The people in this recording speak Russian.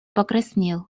покраснел